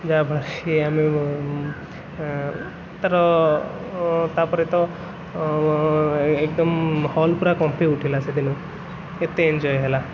ଯାହାଫଳରେ କି ଆମେ ତାର ତାପରେ ତ ଏକଦମ୍ ହଲ ପୁରା କମ୍ପି ଉଠିଲା ସେଦିନ ଏତେ ଏନ୍ଜୟ ହେଲା